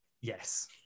Yes